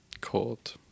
cold